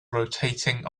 rotating